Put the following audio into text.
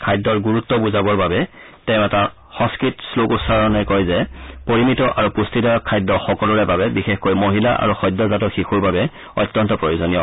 খাদ্যৰ গুৰুত্ব বুজাবৰ বাবে তেওঁ এটা সংস্কৃত শ্লগ উচ্চাৰণেৰে কয় যে পৰিমিত আৰু পুষ্টিদায়ক খাদ্য সকলোৰে বাবে বিশেষকৈ মহিলা আৰু সদ্যজাত শিশুৰ বাবে অত্যন্ত প্ৰয়োজনীয়